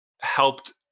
helped